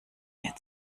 mehr